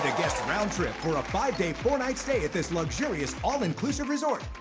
guest roundtrip for a five-day, four-night stay at this luxurious, all-inclusive resort.